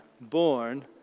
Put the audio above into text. born